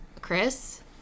Chris